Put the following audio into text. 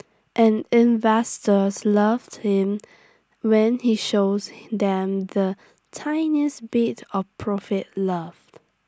and investors loved him when he shows them the tiniest bit of profit love